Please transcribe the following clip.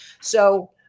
So-